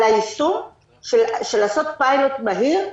על היישום של לעשות פיילוט מהיר,